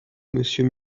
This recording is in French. monsieur